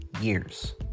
Years